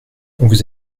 vous